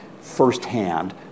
firsthand